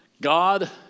God